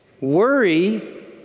worry